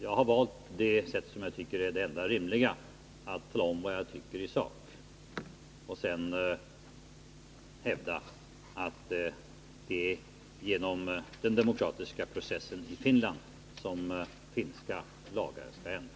Jag har valt det sätt som jag tycker är det enda rimliga — att tala om vad jag tycker i sak och att sedan hävda att det är genom den demokratiska processen i Finland som finska lagar skall ändras.